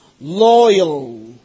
loyal